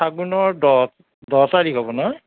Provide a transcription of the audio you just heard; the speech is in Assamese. ফাগুনৰ দহ দহ তাৰিখ হ'ব নহয়